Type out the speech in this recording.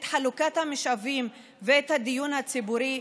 את חלוקת המשאבים ואת הדיון הציבורי.